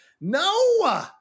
No